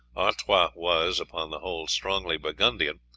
artois was, upon the whole, strongly burgundian,